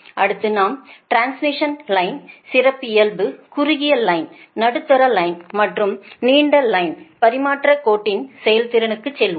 அடுத்து நாம் டிரான்ஸ்மிஷன் லைனின் சிறப்பியல்பு குறுகிய லைன் நடுத்தர லைன் மற்றும் நீண்ட லைன் பரிமாற்றக் கோட்டின் செயல்திறனுக்குச் செல்வோம்